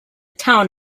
town